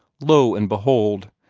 lo, and behold,